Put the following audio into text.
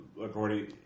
according